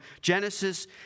Genesis